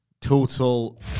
Total